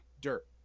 dirt